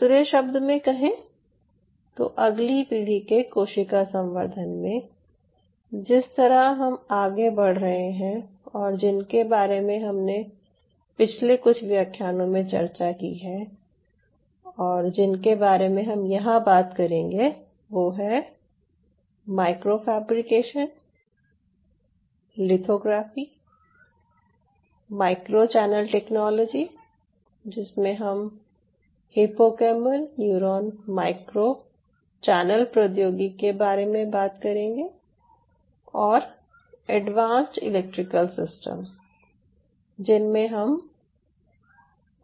दूसरे शब्द में कहें तो अगली पीढ़ी के कोशिका संवर्धन में जिस तरफ हम आगे बढ़ रहे है और जिनके बारे में हमने पिछले कुछ व्याख्यानों में चर्चा की है और जिनके बारे में हम यहाँ बात करेंगे वो हैं micro fabrication lithography micro channel technology जिसमे हम हिप्पोकैम्पल न्यूरॉन माइक्रो चैनल प्रौद्योगिकी के बारे में बात करेंगे और एडवांस्ड इलेक्ट्रिकल सिस्टम जिनमें हम